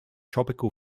tropical